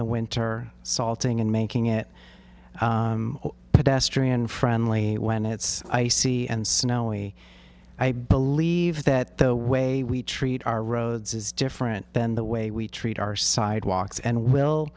the winter salting and making it pedestrian friendly when it's icy and snowy i believe that the way we treat our roads is different than the way we treat our sidewalks and will